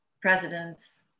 presidents